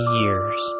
years